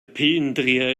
pillendreher